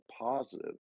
positive